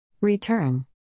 Return